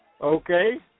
Okay